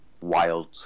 wild